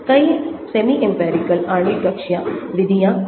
कई semi empirical आणविक कक्षीय विधियाँ हैं